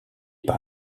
par